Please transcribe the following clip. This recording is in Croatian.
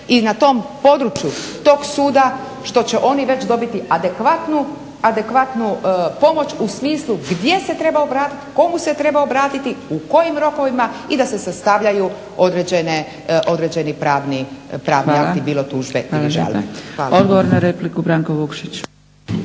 i na tom području toga suda što će oni već dobiti adekvatnu, adekvatnu pomoć u smislu gdje se treba obratiti, komu se treba obratiti, u kojim rokovima i da se sastavljaju određene, određeni pravni akti, bilo tužbe ili žalbe. Hvala.